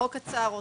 החוק עצר אותה.